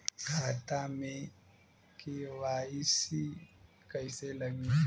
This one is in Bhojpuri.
खाता में के.वाइ.सी कइसे लगी?